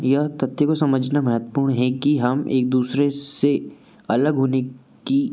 यह तथ्य को समझना महत्वपूर्ण है कि हमें एक दूसरे से अलग होने की